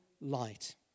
light